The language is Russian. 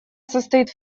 состоит